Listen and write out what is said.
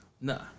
Nah